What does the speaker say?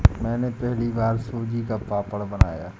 मैंने पहली बार सूजी का पापड़ बनाया